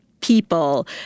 people